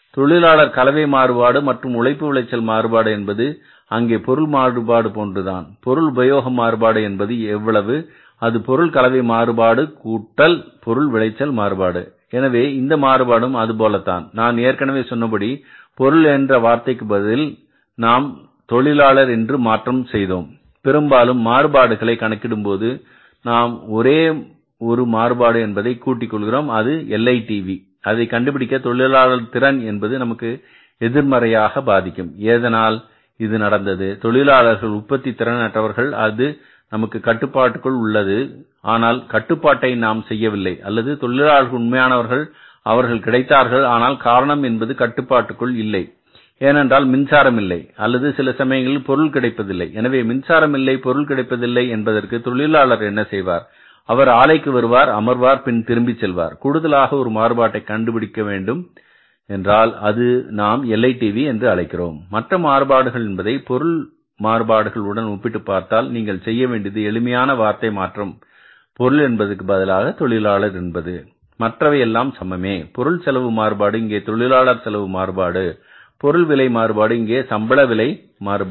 தொழிலாளர் கலவை மாறுபாடு மற்றும் உழைப்பு விளைச்சல் மாறுபாடு என்பது அங்கே பொருள் மாறுபாடு போன்றதுதான் பொருள் உபயோகமாக மாறுபாடு என்பது எவ்வளவு அது பொருள் கலவை மாறுபாடு கூட்டல் பொருள் விளைச்சல் மாறுபாடு எனவே இந்த மாறுபாடுகளும் அதுபோலத்தான் நான் ஏற்கனவே சொன்னபடி பொருள் என்ற வார்த்தைக்கு நாம் தொழிலாளர் என்று மாற்றம் செய்தோம் பெரும்பாலும் மாறுபாடுகளை கணக்கிடும்போது நாம் ஒரே ஒரு மாறுபாடு என்பதை கூட்டிக் கொள்கிறோம் அது LITV அதை கண்டுபிடிக்க தொழிலாளர் திறன் என்பது நமக்கு எதிர்மறையாக பாதிக்கும் எதனால் இது நடந்தது தொழிலாளர்கள் உற்பத்தித் திறன் அற்றவர்கள் என்றால் அது நமது கட்டுப்பாட்டுக்குள் உள்ளது ஆனால் அந்தக் கட்டுப்பாட்டை நாம் செய்யவில்லை அல்லது தொழிலாளர்கள் உண்மையானவர்கள் அவர்கள் கிடைத்தார்கள் ஆனால் காரணம் என்பது கட்டுக்குள் இல்லை ஏனென்றால் மின்சாரம் இல்லை அல்லது சில சமயங்களில் பொருட்கள் கிடைப்பது இல்லை எனவே மின்சாரம் இல்லை பொருள் கிடைப்பது இல்லை என்பதற்கு தொழிலாளர் என்ன செய்வார் அவர் ஆலைக்கு வருவார் அமர்வார் பின் திரும்பிச் செல்வார் கூடுதலாக ஒரு மாறுபாட்டை கணக்கிட வேண்டும் என்றால் அதை நாம் LITV என்று அழைக்கிறோம் மற்ற மாறுபாடுகள் என்பதை பொருள் மாறுபாடுகள் உடன் ஒப்பிட்டுப் பார்த்தால் நீங்கள் செய்யவேண்டியது எளிமையாக வார்த்தை மாற்றம் பொருள் என்பதற்கு பதிலாக தொழிலாளர் என்பது மற்றவை எல்லாம் சமமே பொருள் செலவு மாறுபாடு இங்கே தொழிலாளர் செலவு மாறுபாடு பொருள் விலை மாறுபாடு இங்கே தொழிலாளர் சம்பள விலை மாறுபாடு